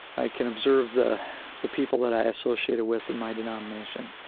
i can observe the the people that i associated with in my denomination.